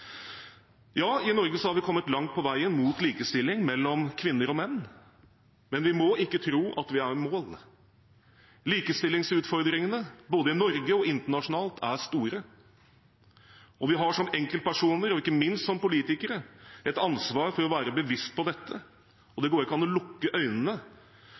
I Norge har vi kommet langt på veien mot likestilling mellom kvinner og menn, men vi må ikke tro at vi er i mål. Likestillingsutfordringene både i Norge og internasjonalt er store, og vi har som enkeltpersoner, og ikke minst som politikere, et ansvar for å være bevisst på dette, og det går ikke an å lukke øynene